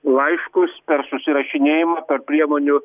laiškus per susirašinėjimą per priemonių